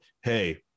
Hey